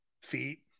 feet